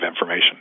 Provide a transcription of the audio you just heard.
information